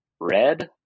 red